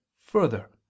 Further